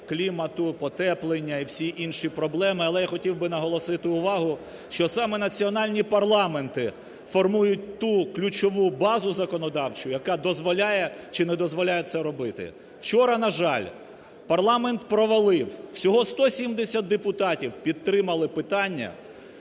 клімату, потеплення і всі інші проблеми. Але я хотів би наголосити увагу, що саме національні парламенти формують ту ключову базу законодавчу, яка дозволяє чи не дозволяє це робити. Вчора, на жаль, парламент провалив., всього 170 депутатів підтримали питання